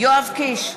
יואב קיש,